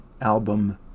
album